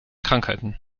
krankheiten